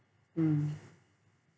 mm